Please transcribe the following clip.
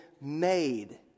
made